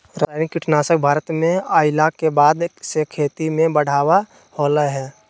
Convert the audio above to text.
रासायनिक कीटनासक भारत में अइला के बाद से खेती में बढ़ावा होलय हें